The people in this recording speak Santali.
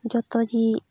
ᱡᱚᱛᱚ ᱜᱮ